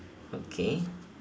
okay